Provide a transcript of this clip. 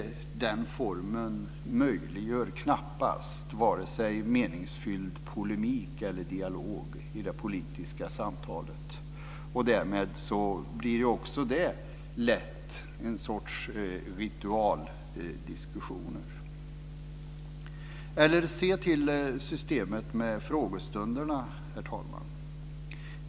Den formen möjliggör knappast vare sig meningsfull polemik eller dialog i det politiska samtalet. Därmed blir det lätt en sorts ritualdiskussioner. Herr talman! Se till systemet med frågestunderna.